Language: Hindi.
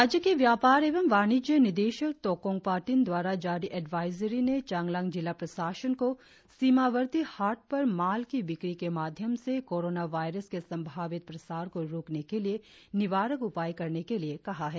राज्य के व्यापार एवं वाणिज्य निदेशक तोकोंग पर्टिन द्वारा जारी एडवाइजरी ने चांगलांग जिला प्रशासन को सीमावर्ती हाट पर माल की बिक्री के माध्यम से कोरोनावायरस के संभावित प्रसार को रोकने के लिए निवारक उपाय करने के लिए कहा है